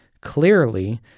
Clearly